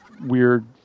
weird